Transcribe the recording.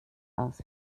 aus